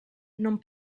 non